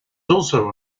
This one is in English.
also